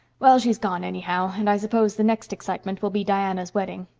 well, she's gone anyhow and i suppose the next excitement will be diana's wedding.